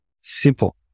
simple